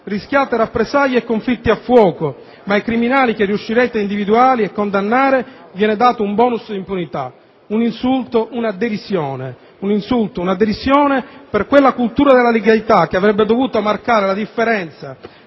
rischiate rappresaglie e conflitti a fuoco, ma ai criminali che riuscirete a individuare e condannare viene dato un *bonus* di impunità. Un insulto, una derisione. Un insulto, una derisione per quella cultura della legalità che avrebbe dovuto marcare la differenza